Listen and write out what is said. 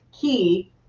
key